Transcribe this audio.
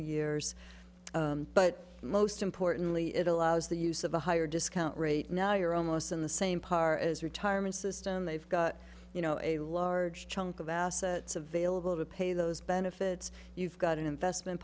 years but most importantly it allows the use of a higher discount rate now you're almost in the same par as retirement system they've got you know a large chunk of assets available to pay those benefits you've got an investment